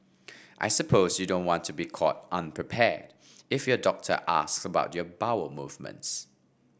I suppose you don't want to be caught unprepared if your doctor asks about your bowel movements